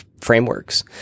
frameworks